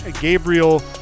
Gabriel